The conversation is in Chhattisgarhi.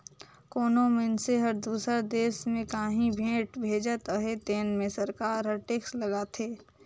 कोनो मइनसे हर दूसर देस में काहीं भेंट भेजत अहे तेन में सरकार हर टेक्स लगाथे